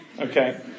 okay